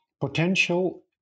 potential